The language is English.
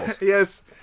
Yes